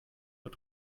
uhr